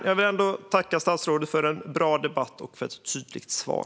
Jag vill ändå tacka statsrådet för en bra debatt och för ett tydligt svar.